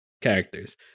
characters